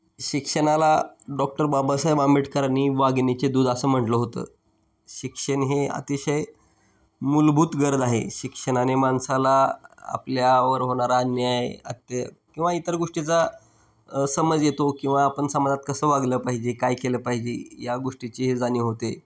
शिक्षणाला डॉक्टर बाबासाहेब आंबेडकरांनी वाघिणीचे दूध असं म्हंटलं होतं शिक्षण हे अतिशय मूलभूत गरज आहे शिक्षणाने माणसाला आपल्यावर होणारा अन्याय अत्य किंवा इतर गोष्टीचा समज येतो किंवा आपण समाजात कसं वागलं पाहिजे काय केलं पाहिजे या गोष्टीची हे जाणीव होते